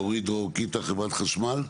אורית דרור קיטה, חברת חשמל.